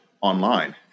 online